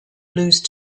lose